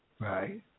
Right